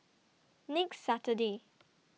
next Saturday